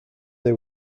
they